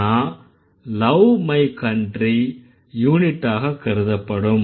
ஆனா love my country யூனிட்டாகக் கருதப்படும்